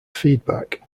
feedback